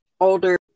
older